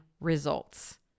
results